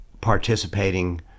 participating